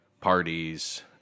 parties